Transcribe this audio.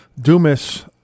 Dumas